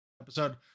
episode